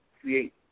create